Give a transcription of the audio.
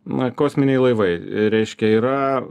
na kosminiai laivai reiškia yra